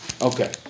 Okay